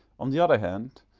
on the other hand,